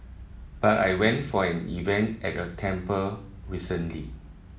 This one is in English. but I went for an event at a temple recently